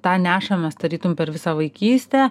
tą nešamės tarytum per visą vaikystę